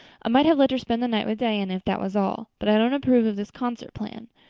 i might have let her spend the night with diana, if that was all. but i don't approve of this concert plan.